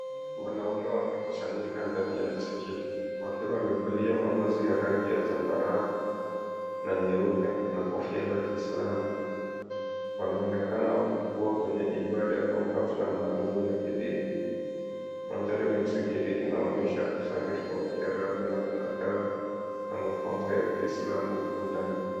Wanaume wamekusanyika ndani ya msikiti wakiwa wamevalia mavazi ya rangi ya zambarau na nyeupe na kofia za kiislamu. Wanaonekana kuwa kwenye ibada au hafla maalumu ya kidini. Mandhari ya msikiti inaonyesha usanifu wa kiarabu na kuna taa na mapambo ya kiislamu ukutani.